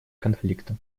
конфликта